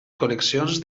col·leccions